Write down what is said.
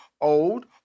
old